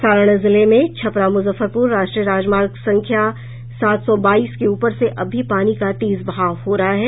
सारण जिले में छपरा मुजफ्फरपुर राष्ट्रीय राजमार्ग संख्या सात सौ बाईस के ऊपर से अब भी पानी का तेज बहाव हो रहा है